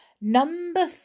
Number